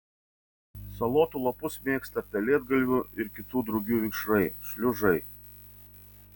salotų lapus mėgsta pelėdgalvių ir kitų drugių vikšrai šliužai